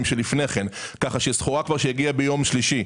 כך שסחורה שהגיעה ביום שלישי,